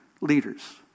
leaders